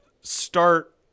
start